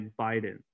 Biden